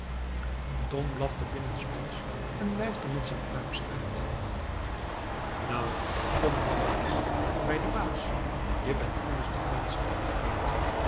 tom blafte binnensmonds en wuifde met zijn pluimstaart nou kom dan maar hier bij den baas je bent anders de kwaadste ook niet